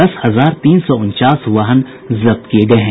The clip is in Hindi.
दस हजार तीन सौ उनचास वाहन जब्त किये गये हैं